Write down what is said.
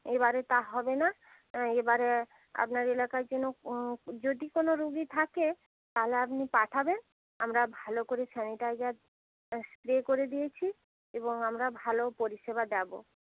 এবারে তা হবে না এবারে আপনার এলাকার জন্য যদি কোনো রুগী থাকে তাহলে আপনি পাঠাবেন আমরা ভালো করে স্যানিটাইজার স্প্রে করে দিয়েছি এবং আমরা ভালো পরিষেবা দেব